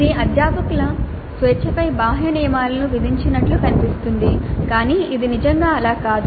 ఇది అధ్యాపకుల స్వేచ్ఛపై బాహ్య నియమాలను విధించినట్లు కనిపిస్తోంది కాని ఇది నిజంగా అలా కాదు